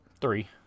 Three